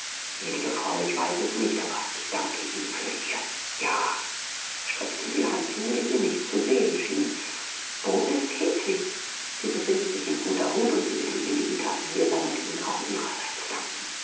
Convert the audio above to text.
gnädige frau ich weiß es nicht aber ich danke ihnen für ihr ja er streckte ihr die hand hin die sie nicht zu sehen schien wo ist hedwig sie befindet sich in guter hut und sie wird in wenigen tagen hier sein und ihnen auch ihrerseits danken